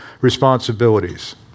responsibilities